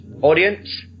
Audience